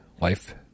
life